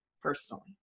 personally